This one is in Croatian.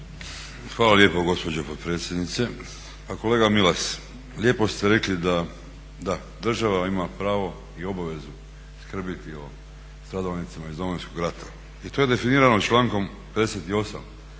Hvala lijepo gospođo potpredsjednice. Pa kolega Milas lijepo ste rekli da, da država ima pravo i obavezu skrbiti o stradalnicima iz Domovinskog rata i to je definirano člankom 58.